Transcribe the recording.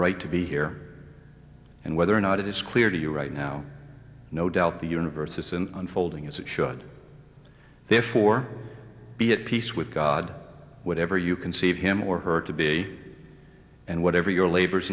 right to be here and whether or not it is clear to you right now no doubt the universe is an unfolding as it should therefore be at peace with god whatever you conceive him or her to be and whatever your labors